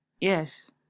yes